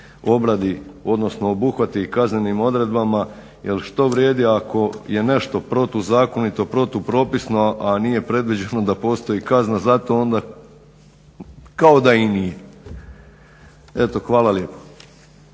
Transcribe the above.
obuhvati kaznenim odredbama jer što vrijedi ako je nešto protuzakonito, protupropisno a nije predviđeno da postoji kazna, zato onda kao da i nije. Eto, hvala lijepo.